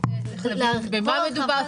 צריך להבין במה מדובר,